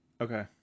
Okay